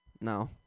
No